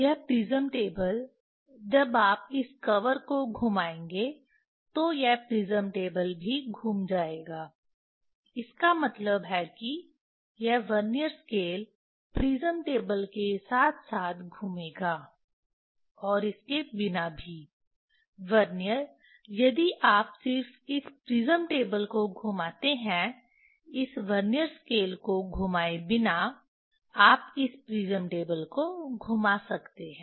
यह prism table जब आप इस कवर को घुमाएंगे तो यह प्रिज्म टेबल भी घूम जाएगा इसका मतलब है कि यह वर्नियर स्केल प्रिज्म टेबल के साथ साथ घूमेगा और इसके बिना भी वर्नियर यदि आप सिर्फ इस प्रिज्म टेबल को घुमाते हैं इस वर्नियर स्केल को घुमाए बिना आप इस प्रिज्म टेबल को घुमा सकते हैं